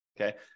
Okay